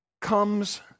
comes